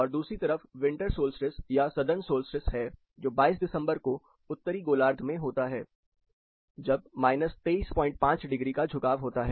और दूसरी तरफ विंटर सोल्स्टिस या सदर्न सोल्स्टिस है जो 22 दिसंबर को उत्तरी गोलार्ध में होता है जब 235° का झुकाव होता है